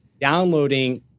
downloading